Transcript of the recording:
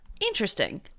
Interesting